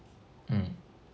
mm